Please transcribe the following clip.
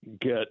get –